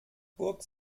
burg